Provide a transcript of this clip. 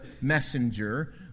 messenger